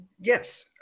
Yes